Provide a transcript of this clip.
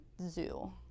Zoo